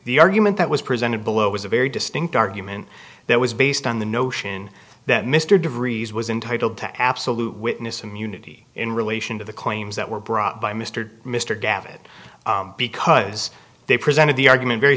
the argument that was presented below was a very distinct argument that was based on the notion that mr de vries was intitled to absolute witness immunity in relation to the claims that were brought by mr mr davidge because they presented the argument very